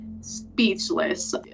speechless